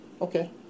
okay